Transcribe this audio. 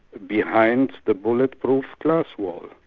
behind the bulletproof glass wall.